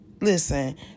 listen